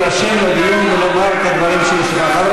להירשם לדיון ולומר את הדברים שיש לך לומר.